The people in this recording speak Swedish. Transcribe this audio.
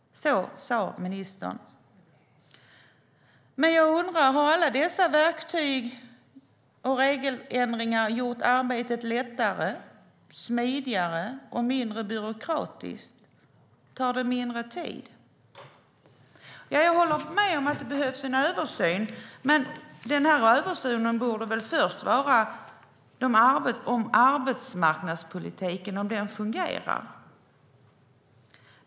Så sade ministern. Men jag undrar om alla dessa verktyg och regelförenklingar gjort arbetet lättare, smidigare och mindre byråkratiskt. Tar det mindre tid? Jag håller med om att det behövs en översyn. Men först borde man se över om arbetsmarknadspolitiken fungerar.